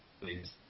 please